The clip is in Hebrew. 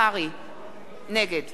נגד לאה נס,